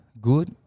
good